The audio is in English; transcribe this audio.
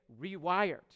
rewired